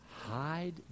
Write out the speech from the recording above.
hide